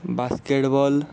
basket ball